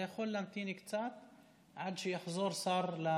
אתה יכול להמתין קצת עד שיחזור שר למליאה.